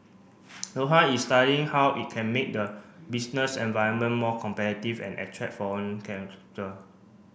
Doha is studying how it can make the business environment more competitive and attract foreign